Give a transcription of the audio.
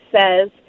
says